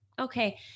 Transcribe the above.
Okay